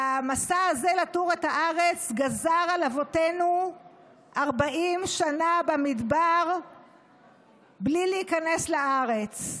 והמסע הזה לתור את הארץ גזר על אבותינו 40 שנה במדבר בלי להיכנס לארץ.